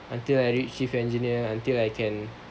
until I reach chief engineer until I can